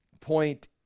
Point